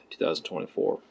2024